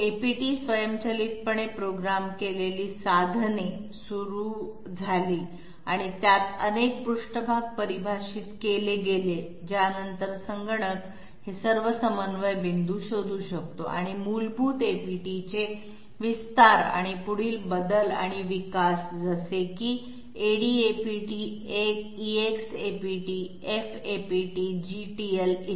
APT स्वयंचलितपणे program केलेली साधने सुरू झाली आणि त्यात अनेक पृष्ठभाग परिभाषित केले गेले ज्यानंतर संगणक हे सर्व समन्वय पॉईंट शोधू शकतो आणि या मूलभूत एपीटीचे विस्तार आणि पुढील बदल आणि विकास जसे की ADAPT EXAPT FAPT GTL इ